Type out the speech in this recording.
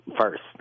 first